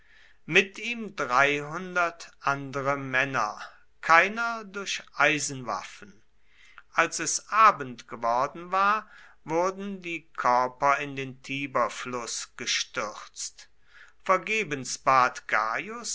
mit ihm dreihundert andere männer keiner durch eisenwaffen als es abend geworden war wurden die körper in den tiberfluß gestürzt vergebens bat